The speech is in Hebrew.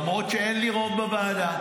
למרות שאין לי רוב בוועדה,